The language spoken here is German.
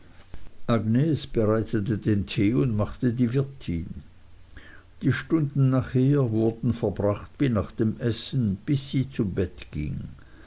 bereitete den tee und machte die wirtin die stunden nachher wurden verbracht wie nach dem essen bis sie zu bett ging